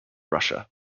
russia